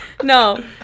No